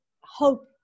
hope